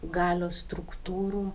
galios struktūrų